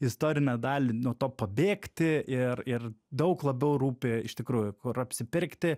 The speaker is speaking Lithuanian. istorinę dalį nuo to pabėgti ir ir daug labiau rūpi iš tikrųjų kur apsipirkti